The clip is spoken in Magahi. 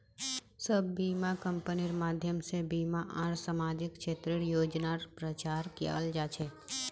सब बीमा कम्पनिर माध्यम से बीमा आर सामाजिक क्षेत्रेर योजनार प्रचार कियाल जा छे